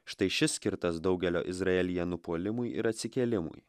štai šis skirtas daugelio izraelyje nupuolimui ir atsikėlimui